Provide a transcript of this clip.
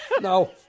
No